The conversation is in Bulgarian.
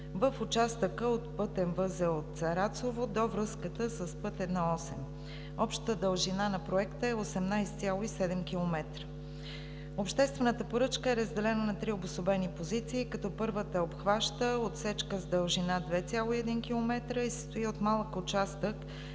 в участъка от пътен възел Царацово до връзката с път I-8. Общата дължина на проекта е 18,7 км. Обществената поръчка е разделена на три обособени позиции, като първата обхваща отсечка с дължина 2,1 км и се състои от малък участък